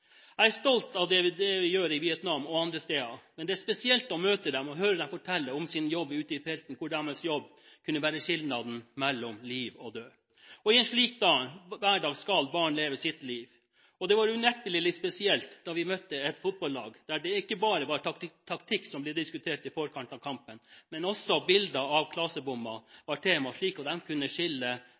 Jeg er stolt av det de gjør i Vietnam og andre steder, men det er spesielt å møte dem og høre dem fortelle om sin jobb ute i felten, der deres jobb kan utgjøre forskjellen mellom liv og død. I en slik hverdag skal barn leve sitt liv. Det var unektelig litt spesielt da vi møtte et fotballag, der det ikke bare var taktikk som ble diskutert i forkant av kampen; bilder av klasebomber var også tema, slik at barna kunne skille